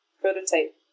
prototype